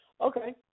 Okay